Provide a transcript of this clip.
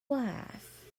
wife